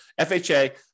FHA